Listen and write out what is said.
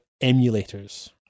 emulators